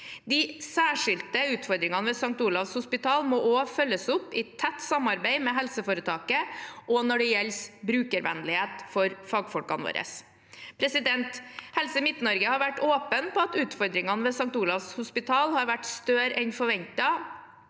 De særskilte utfordringene ved St. Olavs hospital må også følges opp i tett samarbeid med helseforetaket, også når det gjelder brukervennlighet for fagfolkene våre. Helse Midt-Norge har vært åpen om at utfordringene ved St. Olavs hospital har vært større enn forventet,